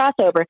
crossover